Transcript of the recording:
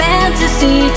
Fantasy